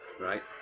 Right